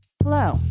Hello